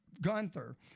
Gunther